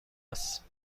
است